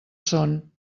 son